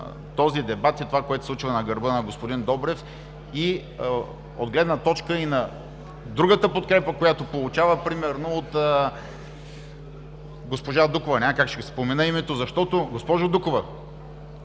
дебат и това, което се случва на гърба на господин Добрев от гледна точка и на другата подкрепа, която получава, примерно от госпожа Дукова. Няма как, ще Ви спомена името, защото, госпожо Дукова,